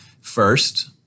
first